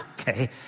Okay